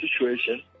situation